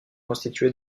constitué